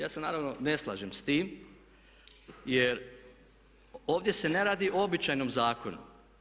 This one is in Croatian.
Ja se naravno ne slažem s tim jer ovdje se ne radi o običajnom zakonu.